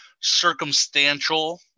circumstantial